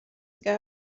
ago